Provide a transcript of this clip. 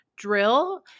drill